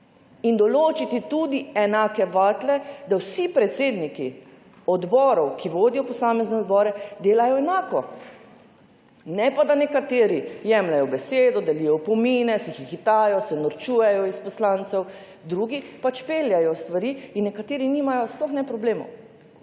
In določiti tudi enake vatle, da vsi predsedniki odborov, ki vodijo posamezne odbore, delajo enako. Ne pa, da nekateri jemljejo besedo, delijo opomine, se hihitajo, se norčujejo iz poslancev. Drugi pač peljejo stvari in zato nekateri sploh nimajo problemov.